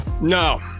No